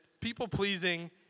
people-pleasing